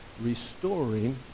restoring